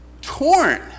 torn